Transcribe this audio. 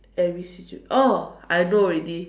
every situ~ oh I know already